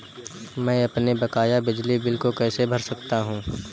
मैं अपने बकाया बिजली बिल को कैसे भर सकता हूँ?